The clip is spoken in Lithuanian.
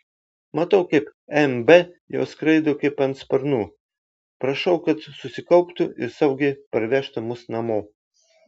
matau kaip mb jau skraido kaip ant sparnų prašau kad susikauptų ir saugiai parvežtų mus namo